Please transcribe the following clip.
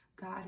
God